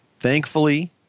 Thankfully